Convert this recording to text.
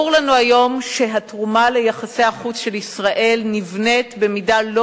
ברור לנו היום שהתרומה ליחסי החוץ של ישראל נבנית במידה לא